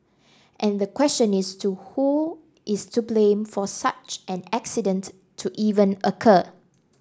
and the question is to who is to blame for such an accident to even occur